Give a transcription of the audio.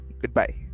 goodbye